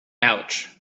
ouch